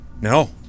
No